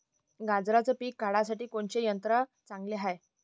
गांजराचं पिके काढासाठी कोनचे यंत्र चांगले हाय?